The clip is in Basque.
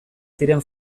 ziren